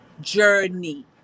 journey